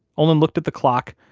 olin looked at the clock,